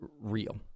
real